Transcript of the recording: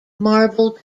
marble